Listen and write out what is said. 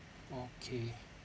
okay